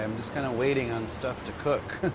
um just kind of waiting on stuff to cook.